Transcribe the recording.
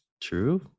true